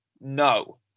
No